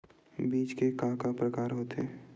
बीज के का का प्रकार होथे?